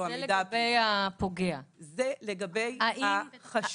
זה לגבי הפוגע, החשוד.